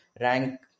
rank